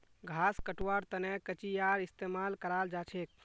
घास कटवार तने कचीयार इस्तेमाल कराल जाछेक